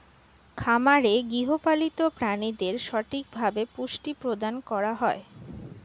খামারে গৃহপালিত প্রাণীদের সঠিকভাবে পুষ্টি প্রদান করা হয়